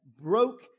broke